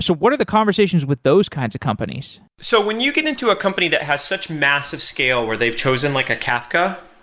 so what are the conversations with those kinds of companies? so when you get into a company that has such massive scale where they've chosen like a kafka,